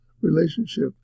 relationship